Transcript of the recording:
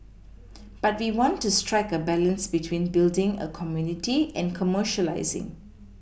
but we want to strike a balance between building a community and commercialising